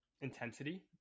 intensity